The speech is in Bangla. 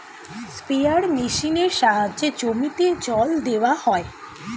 স্প্রেয়ার মেশিনের সাহায্যে জমিতে জল দেওয়া হয়